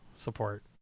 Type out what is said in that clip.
Support